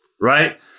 right